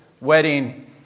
wedding